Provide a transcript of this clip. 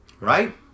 right